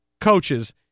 coaches